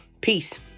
Peace